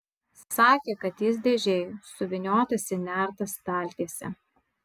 sakė kad jis dėžėj suvyniotas į nertą staltiesę